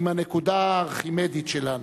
עם הנקודה הארכימדית שלנו.